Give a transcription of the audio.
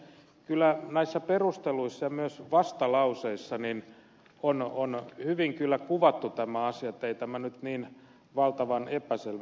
kyllä näissä perusteluissa ja myös vastalauseissa on hyvin kuvattu tämä asia niin että ei tämä nyt niin valtavan epäselvä ole